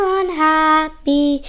unhappy